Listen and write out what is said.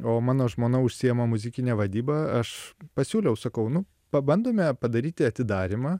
o mano žmona užsiema muzikine vadyba aš pasiūliau sakau nu pabandome padaryti atidarymą